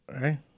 right